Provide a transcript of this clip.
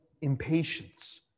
impatience